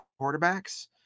quarterbacks